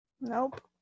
Nope